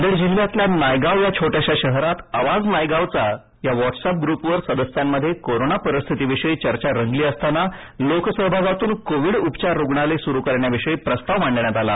नांदेड जिल्ह्यातील नायगाव या छोट्याश्या शहरात आवाज नायगावचा या व्हॉटस्अप ग्रूपवर सदस्यांमध्ये कोरोना परिस्थितीविषयी चर्चा रंगली असताना लोक सहभागातून कोविड उपचार रूग्णालय सुरू करण्याविषयी प्रस्ताव मांडण्यात आला